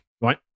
Right